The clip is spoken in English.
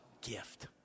gift